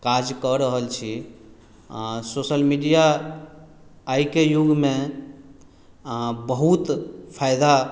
काज कऽ रहल छी सोशल मीडिआ आइके युगमे बहुत फायदा